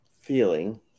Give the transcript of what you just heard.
feeling